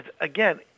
again